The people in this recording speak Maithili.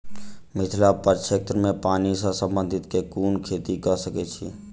मिथिला प्रक्षेत्र मे पानि सऽ संबंधित केँ कुन खेती कऽ सकै छी?